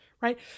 right